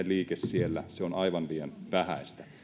liike siellä on aivan liian vähäistä